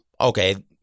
okay